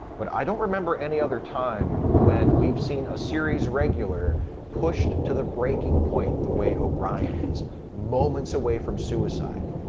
but i don't remember any other time when we've seen a series regular pushed to the breaking point the way o'brien is moments away from suicide,